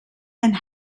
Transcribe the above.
and